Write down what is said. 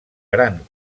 gran